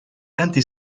anti